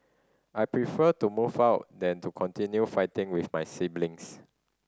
I prefer to move out than to continue fighting with my siblings